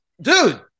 dude